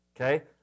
Okay